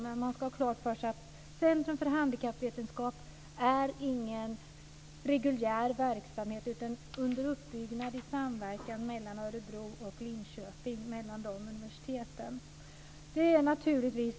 Men man ska ha klart för sig att Centrum för handikappvetenskap inte är någon reguljär verksamhet, utan det är under uppbyggnad i samverkan mellan universiteten i Örebro och Linköping.